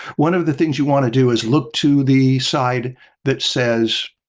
one of the things you want to do is look to the side that says,